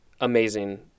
amazing